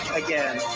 again